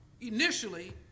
Initially